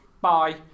bye